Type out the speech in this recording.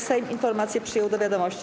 Sejm informację przyjął do wiadomości.